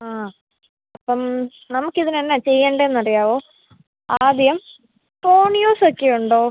ആ അപ്പം നമുക്ക് ഇതിന് എന്താ ചെയ്യേണ്ടത് എന്ന് അറിയാമോ ആദ്യം ഫോൺ യൂസ് ഒക്കെ ഉണ്ടോ